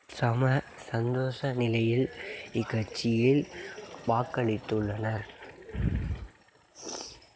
சம சந்தோஷ நிலையில் இக்கட்சியில் வாக்களித்து உள்ளனர்